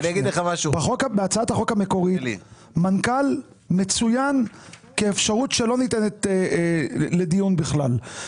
בהצעת החוק המקורית מנכ"ל מצוין כאפשרות שלא ניתנת לדיון בכלל.